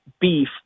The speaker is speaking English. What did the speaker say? beef